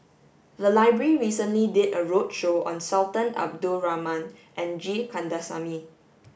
the library recently did a roadshow on Sultan Abdul Rahman and G Kandasamy